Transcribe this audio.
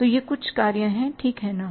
तो ये कुछ कार्य हैं ठीक है ना